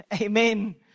Amen